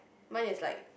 mine is like